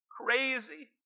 crazy